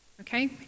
okay